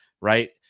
Right